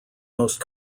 most